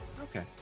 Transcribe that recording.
Okay